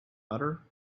butter